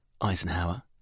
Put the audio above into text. Eisenhower